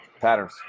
Patterns